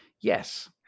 Yes